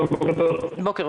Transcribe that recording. בוקר טוב,